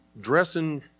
dressing